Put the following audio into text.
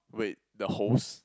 wait the host